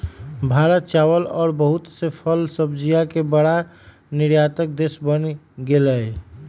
भारत चावल और बहुत से फल सब्जियन के बड़ा निर्यातक देश बन गेलय